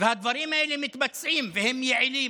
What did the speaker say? והדברים האלה מתבצעים והם יעילים.